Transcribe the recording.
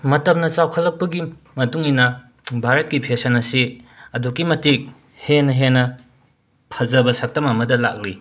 ꯃꯇꯝꯅ ꯆꯥꯎꯈꯠꯂꯛꯄꯒꯤ ꯃꯇꯨꯡ ꯏꯟꯅ ꯚꯥꯔꯠꯀꯤ ꯐꯦꯁꯟ ꯑꯁꯤ ꯑꯗꯨꯛꯀꯤ ꯃꯇꯤꯛ ꯍꯦꯟꯅ ꯍꯦꯟꯅ ꯐꯖꯕ ꯁꯛꯇꯝ ꯑꯃꯗ ꯂꯥꯛꯂꯤ